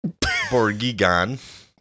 Borgigan